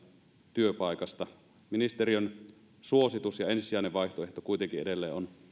työpaikasta ministeriön suositus ja ensisijainen vaihtoehto kuitenkin edelleen on